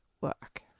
work